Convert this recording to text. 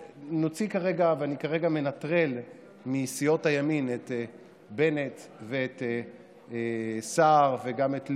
כרגע אני מנטרל מסיעות הימין את בנט ואת סער וגם את ליברמן.